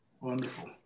Wonderful